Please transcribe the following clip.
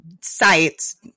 sites